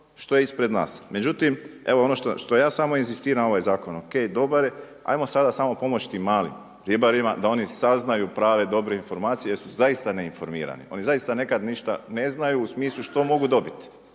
što je ispred nas. Međutim, ono što ja samo inzistiram ovaj zakon je o.k. dobar. Hajmo sada samo pomoći tim malim ribarima da oni saznaju prave, dobre informacije jer su zaista neinformirani. Oni zaista nekad ništa ne znaju u smislu što mogu dobiti,